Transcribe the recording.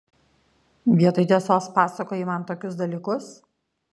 vietoj tiesos pasakoji man tokius dalykus